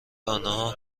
آنها